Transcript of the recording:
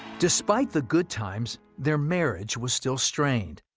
despite the good times, their marriage was still strained.